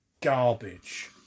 garbage